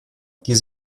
die